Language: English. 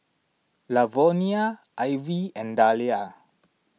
Lavonia Ivey and Dalia